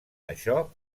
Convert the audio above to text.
això